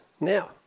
now